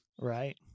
Right